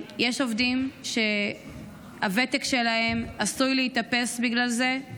יש עובדים שהוותק שלהם עשוי להתאפס בגלל זה,